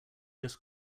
just